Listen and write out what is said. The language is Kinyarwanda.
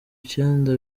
icyenda